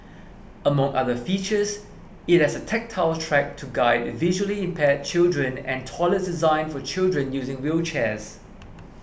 among other features it has a tactile track to guide visually impaired children and toilets designed for children using wheelchairs